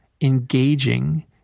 engaging